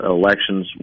elections